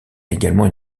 également